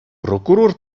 прокурор